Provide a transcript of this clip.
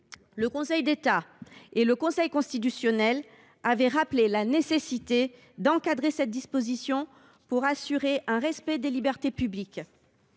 Le Conseil d’État et le Conseil constitutionnel avaient rappelé la nécessité d’encadrer cette disposition pour assurer le respect des libertés publiques.